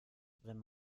wenn